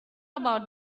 about